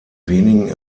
wenigen